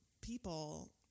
people